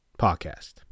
podcast